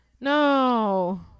no